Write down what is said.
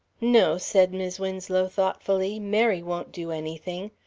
no, said mis' winslow, thoughtfully, mary won't do anything.